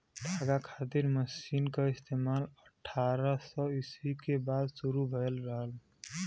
धागा खातिर मशीन क इस्तेमाल अट्ठारह सौ ईस्वी के बाद शुरू भयल रहल